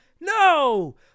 no